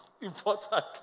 important